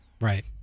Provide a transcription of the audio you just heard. Right